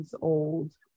old